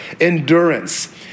endurance